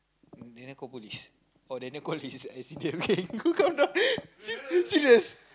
Daniel call police oh Daniel call his S_C_D_F gang come down s~ serious